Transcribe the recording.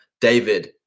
David